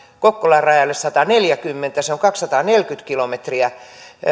kokkolan rajalle sataneljäkymmentä se on kaksisataaneljäkymmentä kilometriä